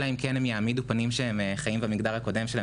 אלא אם כן הם יעמידו פנים שהם חיים במגדר הקודם שלהם.